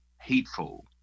hateful